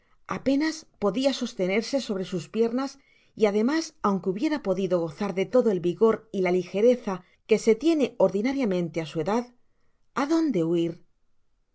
penas podia sostenerse sobre sus piernas y á demás aunque hubiera podido gozar de todo el vigor y la ligereza que se tiene ordinariamente á su edad á dónde huir